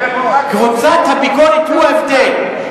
קבוצת הביקורת היא ההבדל.